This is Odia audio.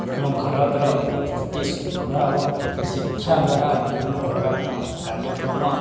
ଆମ ଭାରତର ପରିସ୍ଥିତି ସୁଦୃଢ଼ ହେବ ଶିକ୍ଷା ଦ୍ୱାରା ବିଭିନ୍ନ ପ୍ରକାର କାର୍ଯ୍ୟକ୍ରମ